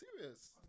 serious